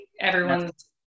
everyone's